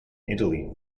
italy